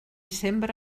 sembra